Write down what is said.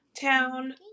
Town